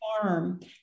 farm